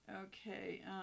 Okay